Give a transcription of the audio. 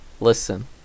Listen